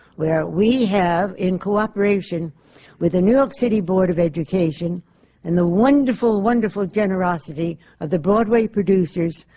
where we have, in cooperation with the new york city board of education and the wonderful, wonderful generosity of the broadway producers,